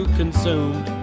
consumed